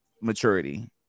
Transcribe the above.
maturity